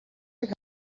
шиг